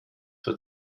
vor